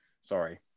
Sorry